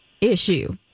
issue